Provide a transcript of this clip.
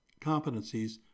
competencies